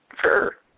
Sure